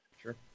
Sure